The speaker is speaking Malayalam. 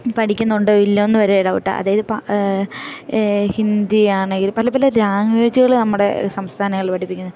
പഠിക്കുന്നുണ്ടോ ഇല്ലയോ എന്ന് വരെ ഡൗട്ടാണ് അതായത് ഹിന്ദി ആണെങ്കിൽ പല പല ലാംഗ്വേജ്കള് നമ്മുടെ സംസ്ഥാനങ്ങൾ പഠിപ്പിക്കുന്നു